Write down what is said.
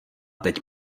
teď